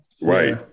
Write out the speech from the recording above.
right